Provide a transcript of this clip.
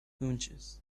hunches